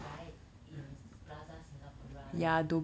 right in plaza singapura leh